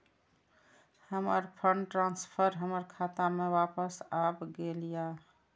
हमर fund transfer हमर खाता में वापस आब गेल या